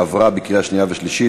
עברה בקריאה שנייה ושלישית